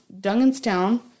Dunganstown